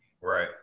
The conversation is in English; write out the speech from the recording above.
Right